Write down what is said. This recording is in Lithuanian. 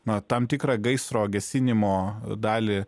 na tam tikrą gaisro gesinimo dalį